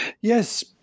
Yes